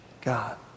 God